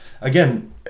again